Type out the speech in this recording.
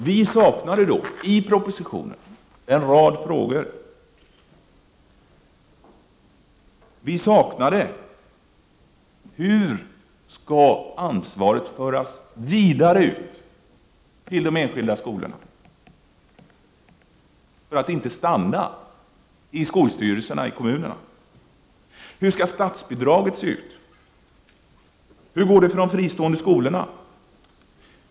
Vi saknade en rad frågor i propositionen: Hur skall ansvaret föras vidare ut till de enskilda skolorna för att inte stanna i skolstyrelserna i kommunerna? Hur skall statsbidragen se ut? Hur går det för de fristående skolorna?